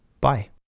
bye